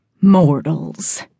Mortals